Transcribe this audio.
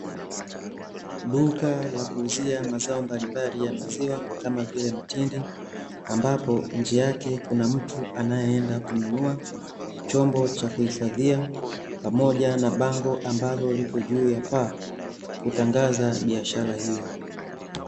Duka la kuuzia mazao mbalimbali ya maziwa kama vile mtindi, ambapo nje yake kuna mtu anayeenda kununua, chombo cha kuhifadhia , pamoja na bango ambalo lipo juu ya paa kutangaza biashara hiyo.